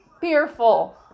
fearful